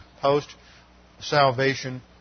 post-salvation